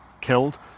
killed